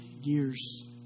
years